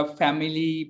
family